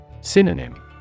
Synonym